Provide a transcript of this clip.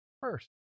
first